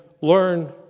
learn